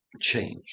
change